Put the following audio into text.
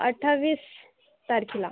अठ्ठावीस तारखेला